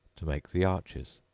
to make the arches.